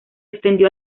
extendió